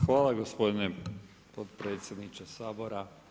Hvala gospodine potpredsjedniče Sabora.